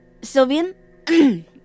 Sylvian